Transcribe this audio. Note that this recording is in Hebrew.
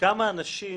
כמה אנשים